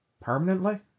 permanently